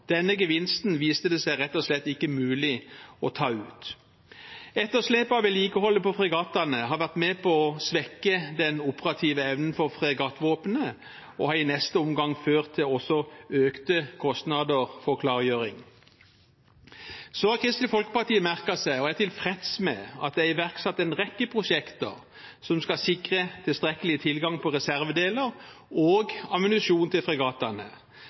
Denne gevinsten viste det seg rett og slett ikke mulig å ta ut. Etterslepet av vedlikeholdet på fregattene har vært med på å svekke den operative evnen for fregattvåpenet og har i neste omgang ført til økte kostnader for klargjøring. Kristelig Folkeparti har også merket seg, og er tilfreds med, at det er iverksatt en rekke prosjekter som skal sikre tilstrekkelig tilgang på reservedeler og ammunisjon til